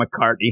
mccartney